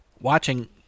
watching